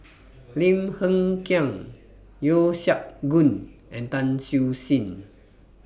Lim Hng Kiang Yeo Siak Goon and Tan Siew Sin